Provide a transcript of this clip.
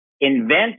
invent